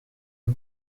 het